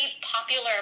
popular